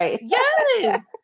yes